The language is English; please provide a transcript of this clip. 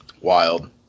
wild